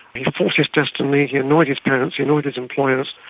he forced his destiny, he annoyed his parents, he annoyed his employers.